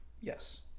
Yes